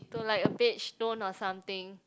to like a beige tone or something